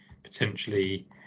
potentially